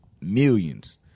millions